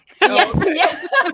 Yes